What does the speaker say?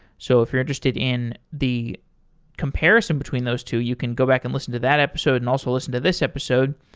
so if you're interested in the comparison between those two, you can go back and listen to that episode and also listen to this episode.